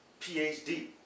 PhD